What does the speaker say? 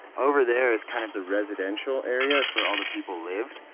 over there is kind of the residential area. that's where all the people lived.